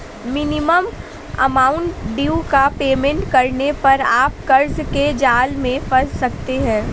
minimum amount due का payment करने पर आप कर्ज के जाल में फंस सकते हैं